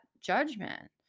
judgment